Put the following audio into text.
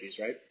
right